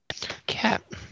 Cap